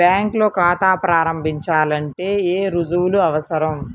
బ్యాంకులో ఖాతా ప్రారంభించాలంటే ఏ రుజువులు అవసరం?